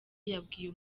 yabwiye